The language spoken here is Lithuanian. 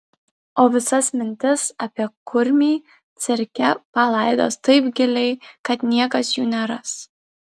o visas mintis apie kurmį cirke palaidos taip giliai kad niekas jų neras